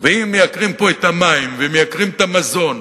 ואם מייקרים פה את המים ומייקרים את המזון,